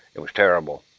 it was terrible.